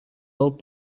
old